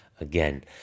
again